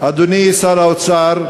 כבוד היושב-ראש,